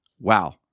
Wow